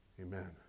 Amen